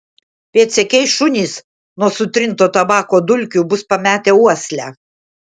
pėdsekiai šunys nuo sutrinto tabako dulkių bus pametę uoslę